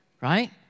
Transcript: right